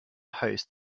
host